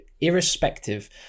irrespective